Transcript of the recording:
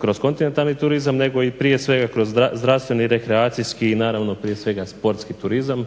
kroz kontinentalni turizam nego prije svega kroz zdravstveni, rekreacijski i naravno prije svega sportski turizam